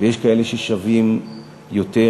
ויש כאלה ששווים יותר,